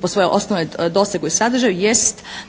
po svojem osnovnom dosegu i sadržaju jest